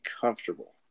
comfortable